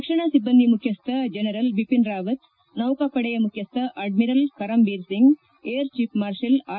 ರಕ್ಷಣಾ ಸಿಬ್ಬಂದಿ ಮುಖ್ಯಸ್ವ ಜನರಲ್ ಬಿಪಿನ್ ರಾವತ್ ನೌಕಾಪಡೆಯ ಮುಖ್ಯಸ್ವ admiral Karambir Singh air chief marshal R